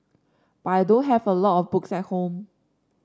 but I don't have a lot of books at home